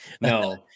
No